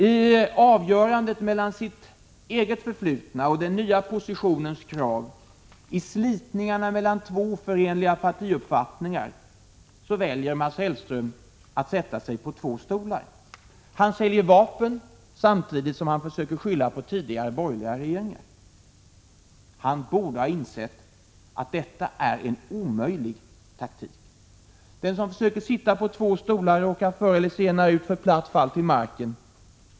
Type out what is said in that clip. I avgörandet mellan sitt eget förflutna och den nya positionens krav, i slitningarna mellan två oförenliga partiuppfattningar, väljer Mats Hellström att sätta sig på två stolar. Han säljer vapen samtidigt som han försöker skylla på tidigare borgerliga regeringar. Han borde ha insett att detta är en omöjlig taktik. Den som försöker sitta på två stolar råkar förr eller senare ut för platt fall till marken.